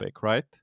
right